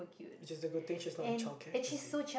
which is a good thing she's not in childcare just saying